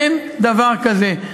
אין דבר כזה.